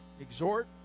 exhort